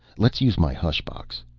let's use my hushbox.